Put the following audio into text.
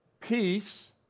Peace